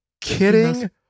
kidding